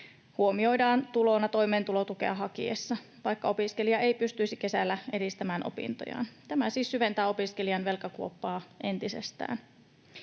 huomioidaan tulona toimeentulotukea hakiessa, vaikka opiskelija ei pystyisi kesällä edistämään opintojaan. Tämä siis syventää opiskelijan velkakuoppaa entisestään.